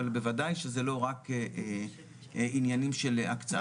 אבל בוודאי שזה לא רק עניינים של הקצאת תקציב כזו או אחרת.